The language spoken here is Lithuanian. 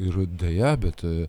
ir deja bet